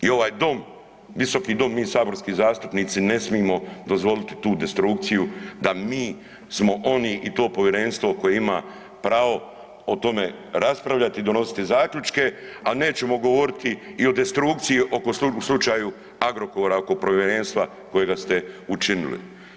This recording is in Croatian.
I ovaj dom, visoki dom, mi saborski zastupnici ne smimo dozvoliti tu destrukciju da mi smo oni i to povjerenstvo koje ima pravo o tome raspravljati i donositi zaključke, a nećemo govoriti i o destrukciji oko, u slučaju Agrokora oko povjerenstva kojega ste učinili.